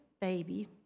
baby